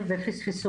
חזר אלינו הגוף ואמר: